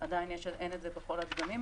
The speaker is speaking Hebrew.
ועדיין אין את זה בכל הדגמים.